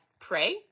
pray